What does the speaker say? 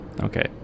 okay